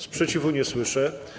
Sprzeciwu nie słyszę.